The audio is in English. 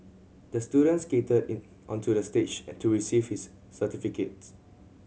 the student skated in onto the stage to receive his certificates